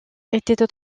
étaient